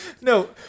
No